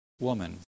woman